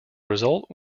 result